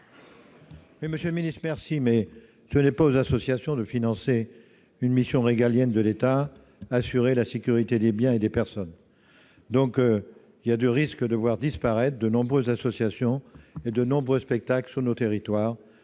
Monsieur le ministre, merci de votre réponse, mais ce n'est pas aux associations de financer une mission régalienne, celle d'assurer la sécurité des biens et des personnes. Il y a un risque de voir disparaître de nombreuses associations et de nombreux spectacles sur nos territoires.